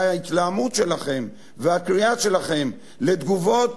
ההתלהמות שלכם והקריאה שלכם לתגובות